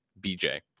BJ